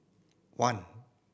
one